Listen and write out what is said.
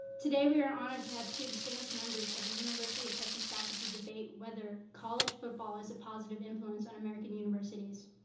today, we are honored to have two distinguished members of the university of texas faculty debate whether college football is a positive influence in american universities.